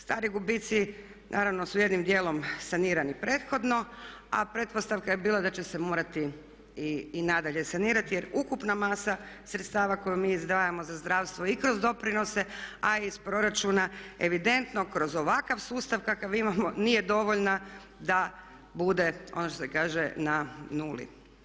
Stari gubici naravno su jednim dijelom sanirani prethodno, a pretpostavka je bila da će se morati i nadalje sanirati jer ukupna masa sredstava koju mi izdvajamo za zdravstvo i kroz doprinose, a iz proračuna evidentno kroz ovakav sustav kakav imamo nije dovoljna da bude ono što se kaže na nuli.